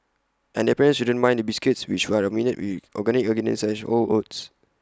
and their parents shouldn't mind the biscuits which are made with organic ingredients such as whole oats